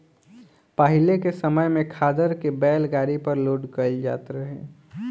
पाहिले के समय में खादर के बैलगाड़ी पर लोड कईल जात रहे